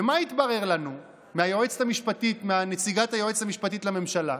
ומה התברר לנו מנציגת היועצת המשפטית לממשלה?